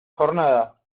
jornada